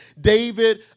David